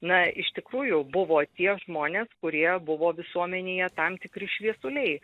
na iš tikrųjų buvo tie žmonės kurie buvo visuomenėje tam tikri šviesuliai